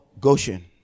Goshen